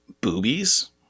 Boobies